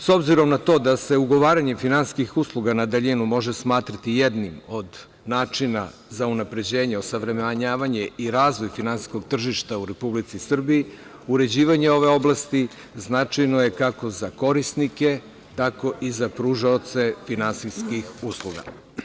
S obzirom na to da se ugovaranjem finansijskih usluga na daljinu može smatrati jednim od načina za unapređenje, osavremenjavanje i razvoj finansijskog tržišta u Republici Srbiji, uređivanje ove oblasti značajno je kako za korisnike, tako i za pružaoce finansijskih usluga.